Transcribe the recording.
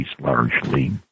largely